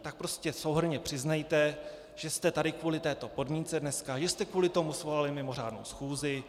Tak prostě souhrnně přiznejte, že jste tady kvůli této podmínce dneska, že jste kvůli tomu svolali mimořádnou schůzi.